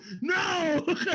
no